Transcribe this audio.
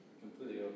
completely